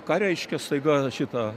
ką reiškia staiga šita